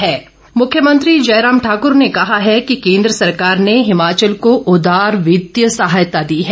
मुख्यमंत्री मुख्यमंत्री जयराम ठाकूर ने कहा है कि केंद्र सरकार ने हिमाचल को उदार वित्तीय सहायता दी है